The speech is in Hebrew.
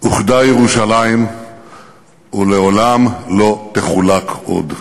אוחדה ירושלים ולעולם לא תחולק עוד.